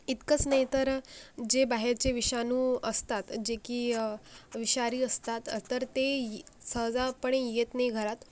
इतकंच नाही तर जे बाहेरचे विषाणू असतात जे की विषारी असतात तर ते सहजपणे येत नाही घरात